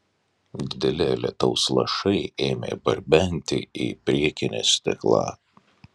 dideli lietaus lašai ėmė barbenti į priekinį stiklą